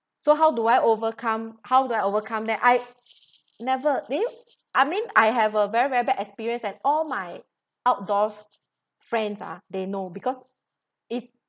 so how do I overcome how do I overcome that I never do you I mean I have a very very bad experience at all my outdoors friends ah they know because it